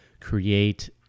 create